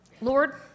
Lord